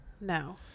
No